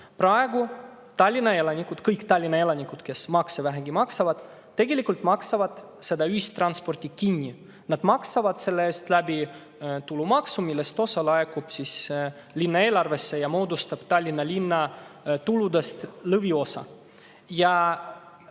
Praegu on nii, et kõik Tallinna elanikud, kes vähegi makse maksavad, tegelikult maksavad ühistranspordi kinni, nad maksavad selle eest läbi tulumaksu, millest osa laekub linna eelarvesse ja moodustab Tallinna linna tuludest lõviosa.